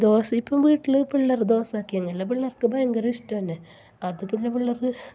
ദോശ ഇപ്പോൾ വീട്ടിൽ പിള്ളേരെ ദോശ ആക്കിയാൽ പിള്ളേര്ക്ക് ഭയങ്കര ഇഷ്ടം തന്നെ അത് പിന്നെ പിള്ളേര്ക്ക്